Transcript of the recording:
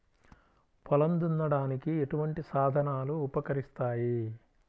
పొలం దున్నడానికి ఎటువంటి సాధనాలు ఉపకరిస్తాయి?